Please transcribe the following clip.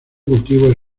cultivos